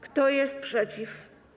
Kto jest przeciw?